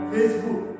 Facebook